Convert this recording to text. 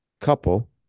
couple